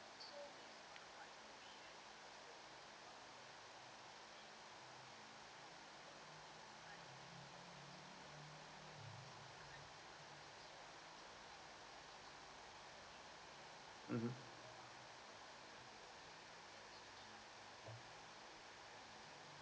mmhmm